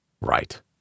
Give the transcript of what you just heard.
Right